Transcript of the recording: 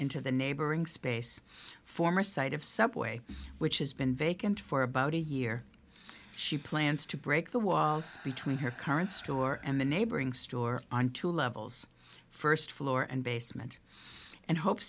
into the neighboring space former site of subway which has been vacant for about a year she plans to break the walls between her current store and the neighboring store on two levels first floor and basement and hope